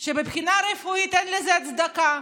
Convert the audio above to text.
שמבחינה רפואית אין לזה הצדקה,